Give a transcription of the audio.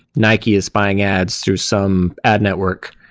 nike is buying ads through some ad network.